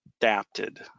adapted